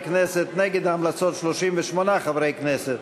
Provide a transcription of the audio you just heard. חברי הכנסת, נגד ההמלצות, 38 חברי הכנסת.